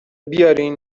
بیارین